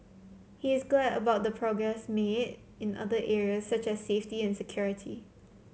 he is glad about the progress made in other areas such as safety and security